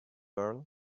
girl